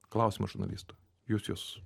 klausimas žurnalistų jūs juos